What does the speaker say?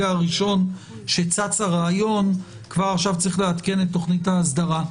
הראשון צץ הרעיון כבר עכשיו צריך לעדכן את תוכנית האסדרה.